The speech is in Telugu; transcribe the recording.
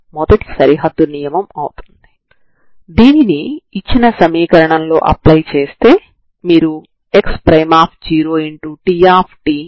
ఇప్పుడు దీనిని మనం వర్గీకరణ చేద్దాం